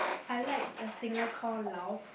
I like the singer called Lauv